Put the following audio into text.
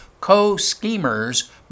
co-schemers